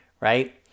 right